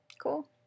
cool